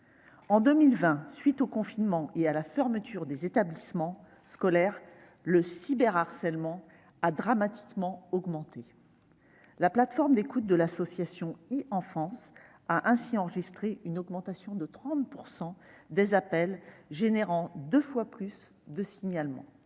En 2020, à la suite du confinement et de la fermeture des établissements scolaires, le cyberharcèlement s'est dramatiquement accru. La plateforme d'écoute de l'association e-Enfance a ainsi enregistré une hausse de 30 % des appels, ce qui a entraîné deux fois plus de signalements.